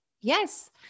yes